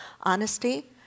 honesty